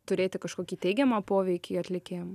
turėti kažkokį teigiamą poveikį atlikėjam